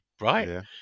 right